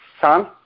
son